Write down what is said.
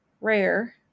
rare